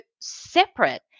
separate